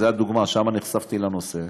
זו הדוגמה, שם נחשפתי לנושא,